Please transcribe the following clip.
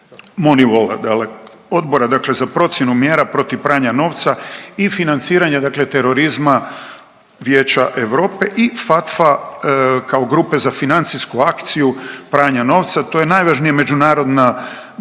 Odbora dakle za procjenu mjera protiv pranja novca i financiranja dakle terorizma Vijeća Europe i FATFA kao grupe za financijsku akciju pranja novca to je najvažnije međunarodno tijelo za